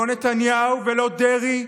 לא נתניהו ולא דרעי,